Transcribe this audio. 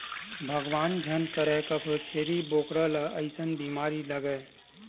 भगवान झन करय कखरो छेरी बोकरा ल अइसन बेमारी लगय